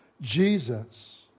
Jesus